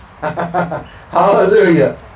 Hallelujah